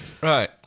Right